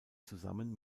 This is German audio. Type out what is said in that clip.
zusammen